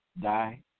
Die